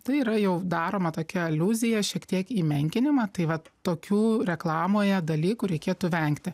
tai yra jau daroma tokia aliuzija šiek tiek į menkinimą tai vat tokių reklamoje dalykų reikėtų vengti